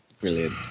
Brilliant